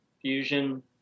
fusion –